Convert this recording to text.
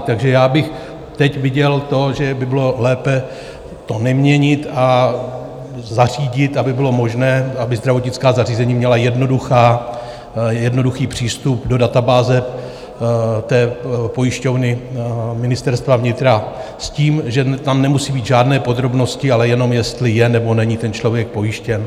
Takže já bych teď viděl to, že by bylo lépe to neměnit a zařídit, aby bylo možné, aby zdravotnická zařízení měla jednoduchý přístup do databáze pojišťovny Ministerstva vnitra s tím, že tam nemusí být žádné podrobnosti, ale jenom jestli je, nebo není ten člověk pojištěn.